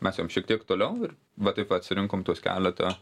mes ėjom šiek tiek toliau ir va taip va atsirinkom tuos keletą